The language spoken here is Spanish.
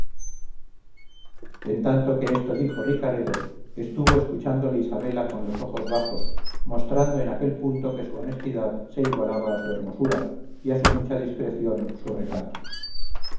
en tanto que esto dijo ricaredo estuvo escuchándole isabela con los ojos bajos mostrando en aquel punto que su honestidad se igualaba a su hermosura y a su mucha discreción su recato